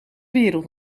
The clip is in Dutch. wereld